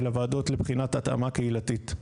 אלא ועדות לבחינת התאמה קהילתית.